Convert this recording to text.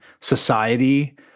society